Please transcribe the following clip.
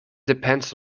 depends